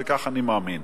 וכך אני מאמין.